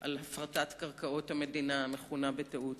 על הפרטת קרקעות המדינה, המכונה בטעות